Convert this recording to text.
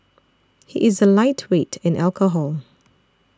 he is a lightweight in alcohol